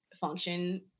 function